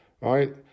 right